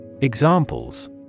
Examples